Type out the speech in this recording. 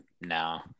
No